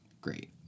Great